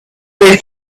they